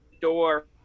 door